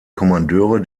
kommandeure